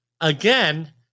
Again